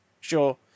sure